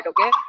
okay